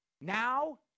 Now